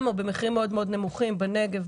או במחירים מאוד מאוד נמוכים - בנגב,